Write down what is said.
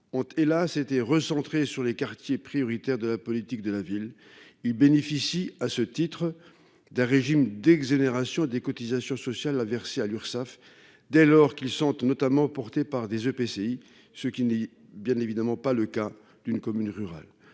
ont et là c'était recentré sur les quartiers prioritaires de la politique de la ville. Il bénéficie à ce titre d'un régime d'exonération des cotisations sociales à verser à l'Urssaf. Dès lors qu'ils sentent notamment porté par des EPCI, ce qui n'est bien évidemment pas le cas d'une commune rurale